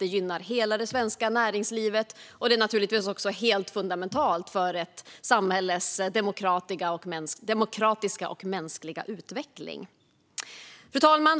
Det gynnar också hela det svenska näringslivet, och det är naturligtvis också helt fundamentalt för ett samhälles demokratiska och mänskliga utveckling. Fru talman!